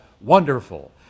Wonderful